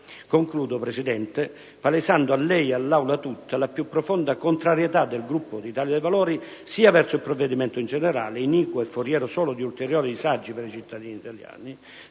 Concludo, Presidente, palesando, a lei e a tutta l'Aula, la più profonda contrarietà del Gruppo Italia dei Valori sia verso il provvedimento in generale, iniquo e foriero solo di ulteriori disagi per i cittadini italiani,